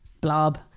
blob